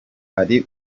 hari